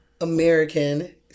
American-